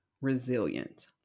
resilient